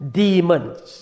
demons